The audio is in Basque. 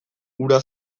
hura